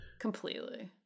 completely